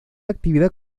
actividad